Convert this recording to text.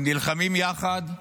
הם נלחמים יחד,